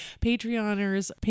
Patreoners